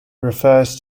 refers